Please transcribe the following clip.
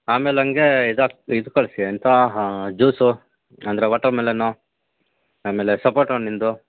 ಆಮೇಲೆ ಹಂಗೇ ಇದು ಹಾಕ್ ಇದು ಕಳಿಸಿ ಎಂತ ಜ್ಯೂಸು ಅಂದರೆ ವಾಟರ್ಮೆಲನ್ನು ಆಮೇಲೆ ಸಪೋಟ ಹಣ್ಣಿಂದು